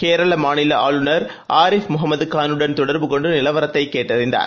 கேரள மாநில ஆளுநர் ஆரிஃப் முகமது கானுடன் தொடர்பு கொண்டு நிலவரத்தைக் கேட்டறிந்தார்